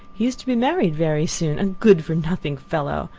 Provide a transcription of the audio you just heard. he is to be married very soon a good-for-nothing fellow!